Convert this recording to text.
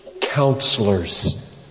counselors